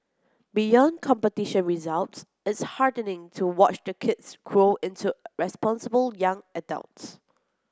beyond competition results it's heartening to watch the kids grow into responsible young adults